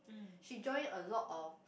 she join a lot of